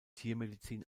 tiermedizin